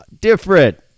different